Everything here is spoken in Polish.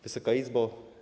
Wysoka Izbo!